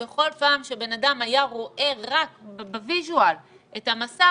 בכל פעם שבן אדם רואה רק בוויזואל את המסך